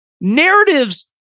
Narratives